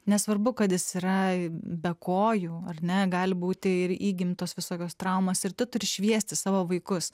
nesvarbu kad jis yra be kojų ar ne gali būti ir įgimtos visokios traumos ir tu turi šviesti savo vaikus